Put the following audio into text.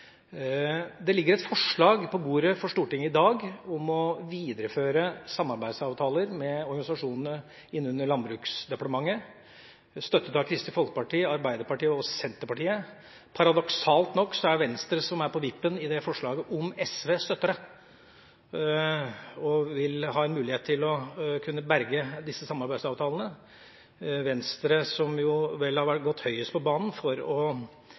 Det ligger et forslag på bordet i Stortinget i dag om å videreføre samarbeidsavtaler med organisasjonene under Landbruksdepartementet. Det er støttet av Kristelig Folkeparti, Arbeiderpartiet og Senterpartiet. Paradoksalt nok er det Venstre som er på vippen når det gjelder det forslaget, om SV støtter det og vil ha en mulighet til å kunne berge samarbeidsavtalene – Venstre som vel har gått høyest på banen for å